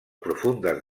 profundes